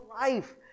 life